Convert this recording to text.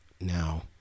Now